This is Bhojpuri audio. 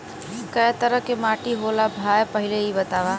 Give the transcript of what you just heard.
कै तरह के माटी होला भाय पहिले इ बतावा?